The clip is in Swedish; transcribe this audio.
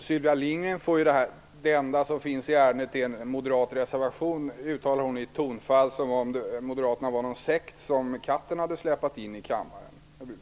Fru talman! Det enda som finns i ärendet är en moderat reservation, uttalar Sylvia Lindgren som om Moderaterna var någon sekt som katten hade släpat in i kammaren.